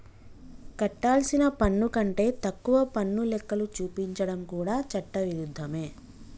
కట్టాల్సిన పన్ను కంటే తక్కువ పన్ను లెక్కలు చూపించడం కూడా చట్ట విరుద్ధమే